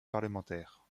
parlementaire